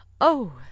Oh